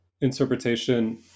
interpretation